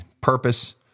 purpose